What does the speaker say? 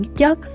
chất